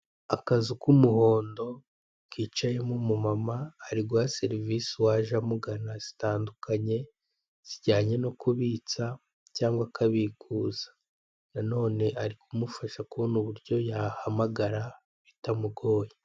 Akazu k'umuhondo kicayemo umumama ari guha serivise uwaje amugana zitandukanye zijyanye no kubitsa cyangwa akabikuza nanone ari kumufasha kubona uburyo yahamagara bitamugoye.